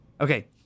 Okay